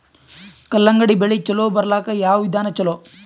ಕಲ್ಲಂಗಡಿ ಬೆಳಿ ಚಲೋ ಬರಲಾಕ ಯಾವ ವಿಧಾನ ಚಲೋ?